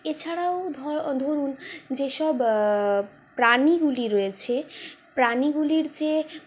এছাড়াও ধরুন যেসব প্রাণীগুলি রয়েছে প্রাণীগুলির যে